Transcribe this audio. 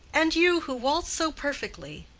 and you who waltz so perfectly!